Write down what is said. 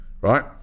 right